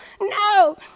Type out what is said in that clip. No